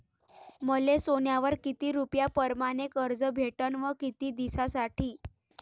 मले सोन्यावर किती रुपया परमाने कर्ज भेटन व किती दिसासाठी?